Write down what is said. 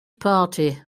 party